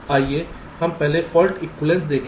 आइए हम पहले फाल्ट एक्विवैलेन्स देखें